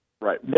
Right